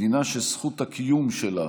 מדינה שזכות הקיום שלה